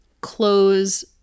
close